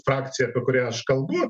frakcija apie kurią aš kalbu